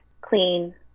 clean